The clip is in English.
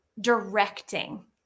directing